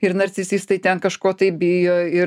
ir narcisistai tai ten kažko tai bijo ir